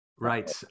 Right